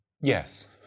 Yes